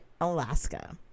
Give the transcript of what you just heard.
Alaska